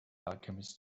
alchemist